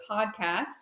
Podcast